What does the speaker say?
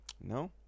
No